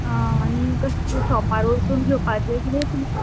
आ आनी कशीं शॉपार वचून घेवपाचें किदें तुमी